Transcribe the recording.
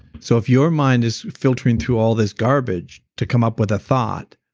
so if your mind is filtering through all this garbage to come up with a thought,